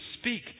speak